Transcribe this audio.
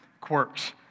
quirks